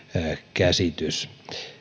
käsitys